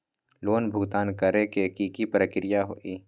Loan भुगतान करे के की की प्रक्रिया होई?